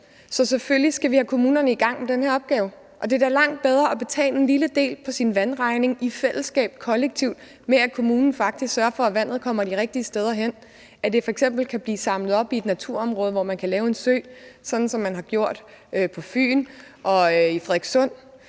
Så selvfølgelig skal vi have kommunerne i gang med den her opgave, og det er da langt bedre at betale en lille del på sin vandregning i fællesskab, kollektivt, til at kommunen faktisk sørger for, at vandet kommer de rigtige steder hen – at det f.eks. kan blive samlet op i et naturområde, hvor man kan lave en sø, sådan som man har gjort på Fyn og i Frederikssund,